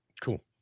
cool